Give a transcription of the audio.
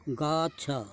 ଗଛ